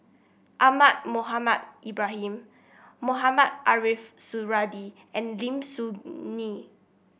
Ahmad Mohamed Ibrahim Mohamed Ariff Suradi and Lim Soo Ngee